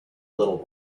little